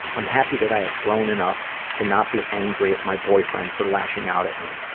am happy that i have grown enough to not be angry at my boyfriend for lashing out at me,